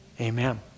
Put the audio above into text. amen